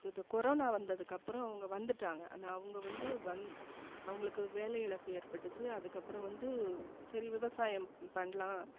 இது கொரோனா வந்ததுக்கப்புறம் அவங்க வந்துவிட்டாங்க அந்த அவங்க வந்து வந் அவங்களுக்கு வேலை இழப்பு ஏற்பட்டுச்சு அதுக்கப்புறம் வந்து சரி விவசாயம் பண்ணலாம்